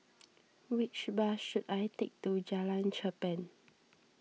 which bus should I take to Jalan Cherpen